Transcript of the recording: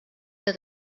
que